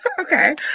Okay